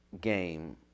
game